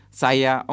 saya